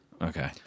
Okay